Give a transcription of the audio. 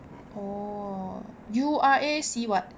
orh U_R_A see what